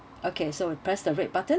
okay so we press the red button